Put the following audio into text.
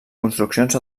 construccions